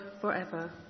forever